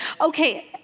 Okay